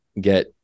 get